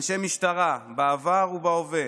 אנשי משטרה בעבר ובהווה,